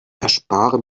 erspare